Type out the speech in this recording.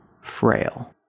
frail